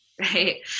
right